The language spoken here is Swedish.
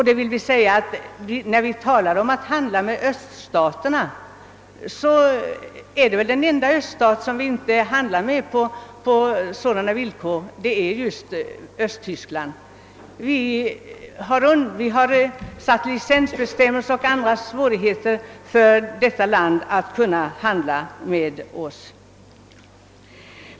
Den enda öststat vi inte handlar med på samma villkor som med de övriga är just Östtyskland. Vi har infört bl.a. licensbestämmelser som gör det svårt för detta land att handla med oss.